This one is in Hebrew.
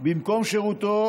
במקום שירותו,